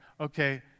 okay